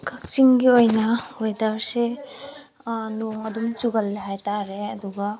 ꯀꯛꯆꯤꯡꯒꯤ ꯑꯣꯏꯅ ꯋꯦꯗꯔꯁꯦ ꯅꯣꯡ ꯑꯗꯨꯝ ꯆꯨꯒꯜꯂꯦ ꯍꯥꯏꯇꯥꯔꯦ ꯑꯗꯨꯒ